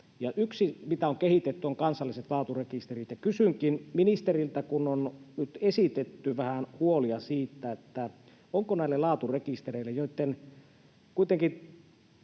yksi, mitä on kehitetty, on kansalliset laaturekisterit. Kysynkin ministeriltä, kun nyt on esitetty vähän huolia siitä, onko näille laaturekistereille, joitten kuitenkin